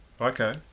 Okay